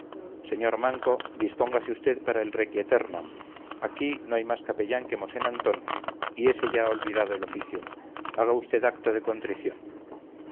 sr manco dispóngase usted para el requieternam aquí no hay más capellán que mosén antón y ese ya ha olvidado el oficio haga usted acto de contrición